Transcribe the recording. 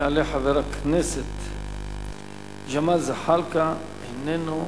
יעלה חבר הכנסת ג'מאל זחאלקה, איננו.